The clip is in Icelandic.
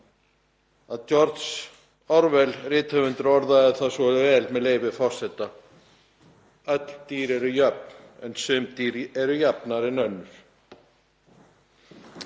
að George Orwell rithöfundur hefði orðað það svo vel, með leyfi forseta: Öll dýr eru jöfn en sum dýr eru jafnari en önnur.